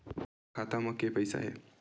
मोर खाता म के पईसा हे?